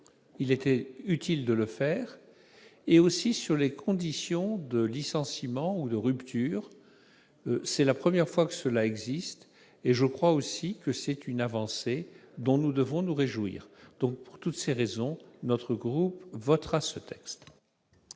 Il était utile de le faire, en particulier sur les conditions de licenciement ou de rupture. C'est la première fois que cela est fait : c'est une avancée dont nous devons nous réjouir. Pour toutes ces raisons, notre groupe votera ce texte.